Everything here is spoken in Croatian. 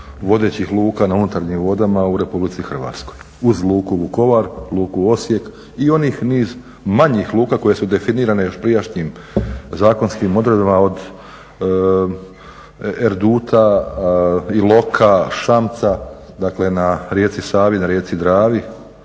vodećih luka na unutarnjim vodama u RH uz luku Vukovar, luku Osijek i onih niz manjih luka koje su definirane još prijašnjim zakonskim odredbama od Erduta, Iloka, …, dakle na rijeci Savi, na rijeci Dravi